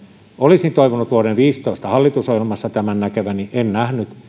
olisin toivonut vuoden kaksituhattaviisitoista hallitusohjelmassa tämän näkeväni en nähnyt